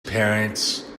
parents